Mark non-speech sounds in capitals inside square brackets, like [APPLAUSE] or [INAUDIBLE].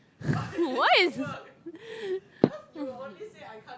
[LAUGHS] why is